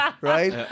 right